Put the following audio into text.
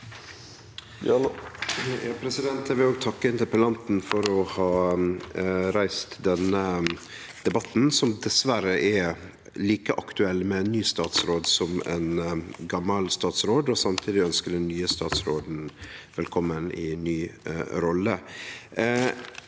Eg vil takke inter- pellanten for å ha reist denne debatten, som dessverre er like aktuell med ein ny statsråd som med gammal statsråd, og samtidig ønskje den nye statsråden velkomen i ny rolle.